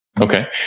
Okay